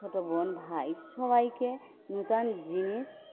ছোটো বোন ভাই সবাইকে নূতন জিনিস